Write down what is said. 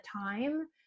time